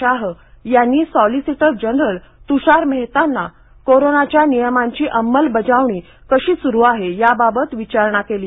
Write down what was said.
शाह यांनी solicitor general Tushar मेहतांना कोरोनाच्या नियमांची अंमलबजावणी कशी सुरू आहे याबाबत विचारणा केली